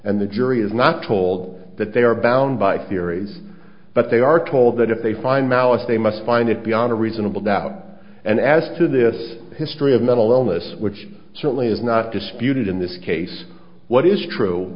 and the jury is not told that they are bound by theories but they are told that if they find malice they must find it beyond a reasonable doubt and as to this history of mental illness which certainly is not disputed in this case what is true